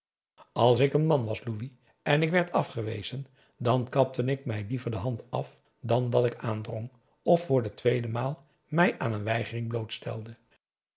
als ik een man was louis en ik werd afgewezen dan kapte ik mij liever de hand af dan dat ik aandrong p a daum hoe hij raad van indië werd onder ps maurits of voor de tweede maal mij aan een weigering